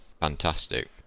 fantastic